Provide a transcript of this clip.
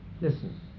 listen